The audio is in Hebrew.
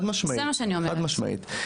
חד משמעית.